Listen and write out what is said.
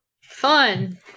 Fun